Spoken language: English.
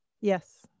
Yes